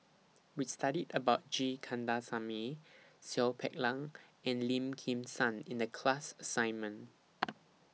We studied about G Kandasamy Seow Peck Leng and Lim Kim San in The class assignment